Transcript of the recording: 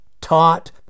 taught